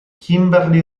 kimberly